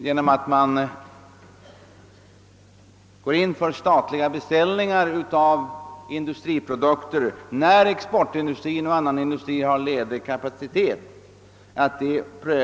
Det är min förhoppning att regeringen vill överväga att lämna ut sådana beställningar när exportindustrin och annan industri har ledig kapacitet.